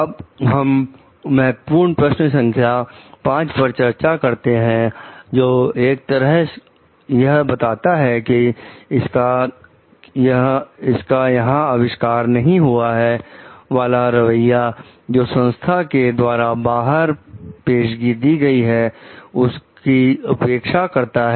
अब हम महत्वपूर्ण प्रश्न संख्या 5 पर चर्चा करते हैं जो एक तरफ यह बताता है कि " इसका यहां अविष्कार नहीं हुआ है" वाला रवैया जो संस्था के द्वारा बाहर पेशगी दी है उसकी उपेक्षा करता है